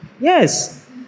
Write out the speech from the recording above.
Yes